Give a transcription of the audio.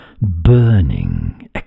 burning